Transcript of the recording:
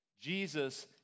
Jesus